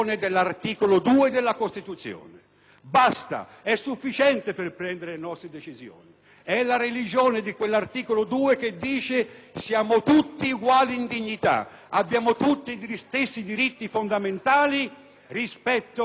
È la religione di quell'articolo 2 che stabilisce che siamo tutti uguali in dignità, abbiamo tutti gli stessi diritti fondamentali rispetto a quella dignità. C'è stato un tempo, cari amici, che i laici